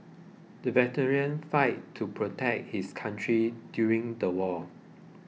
the veteran fought to protect his country during the war